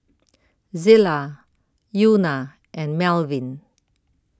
Zillah Euna and Melvin